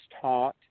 taught